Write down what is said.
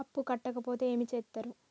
అప్పు కట్టకపోతే ఏమి చేత్తరు?